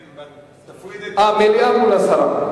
כן, אבל תפריד את, מליאה מול הסרה,